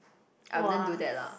I wouldn't do that lah